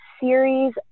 series